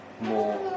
more